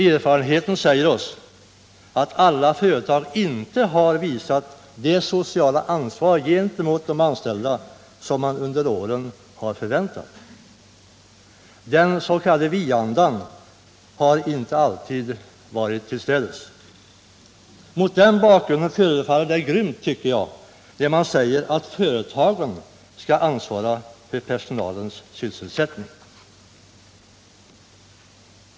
Erfarenheten säger oss att alla företag inte har visat det sociala ansvar gentemot de anställda som man under åren har förväntat. Den s.k. vi-andan har stundom lyst med sin frånvaro. Mot den bakgrunden förefaller det grymt, tycker jag, när man säger att företagen skall ansvara för personalens sysselsättning.